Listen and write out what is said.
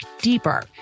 deeper